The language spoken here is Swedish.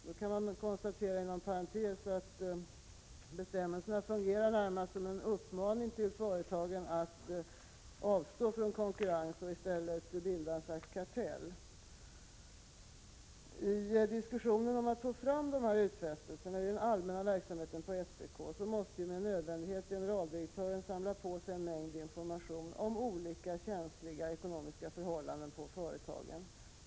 Det kan inom parentes konstateras att bestämmelserna fungerar närmast som en uppmaning till företagen att avstå från konkurrens och i stället bilda kartell. I diskussionen om att få fram dessa utfästelser i den allmänna verksamheten på SPK måste med nödvändighet generaldirektören samla på sig en mängd informationer om olika känsliga ekonomiska förhållanden på företa gen.